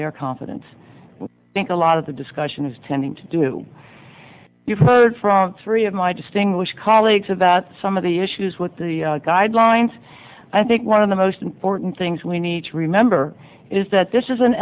their confidence i think a lot of the discussion is tending to do you've heard from three of my distinguished colleagues about some of the issues with the guidelines i think one of the most important things we need to remember is that this is an